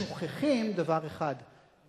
שוכחים דבר אחד,